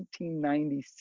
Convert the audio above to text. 1996